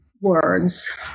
words